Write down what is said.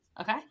Okay